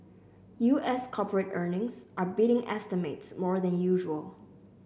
U S corporate earnings are beating estimates more than usual